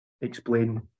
explain